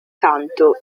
canto